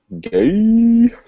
Gay